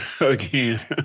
again